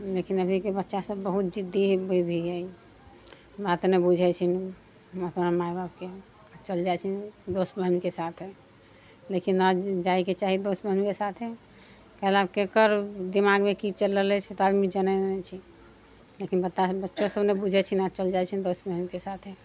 लेकिन अभीके बच्चा सभ बहुत जिद्दी भी है बात नहि बुझै छै उ अपना माय बापके चल जाइ छै दोस्त महीमके साथे लेकिन नहि जाइके चाही दोस्त महीमके साथे काहे लए केकर दिमागमे की चलि रहल अछि से तऽ आदमी जानै नहि छै लेकिन बत्ता बच्चो सभ नहि बुझै छै चलि जाइ छै दोस्त महीमके साथे